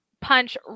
punch